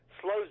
slows